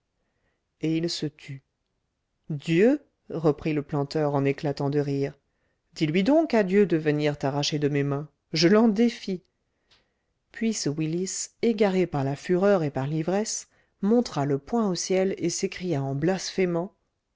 et il se tut dieu reprit le planteur en éclatant de rire dis-lui donc à dieu de venir t'arracher de mes mains je l'en défie puis ce willis égaré par la fureur et par l'ivresse montra le poing au ciel et s'écria en blasphémant